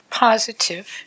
positive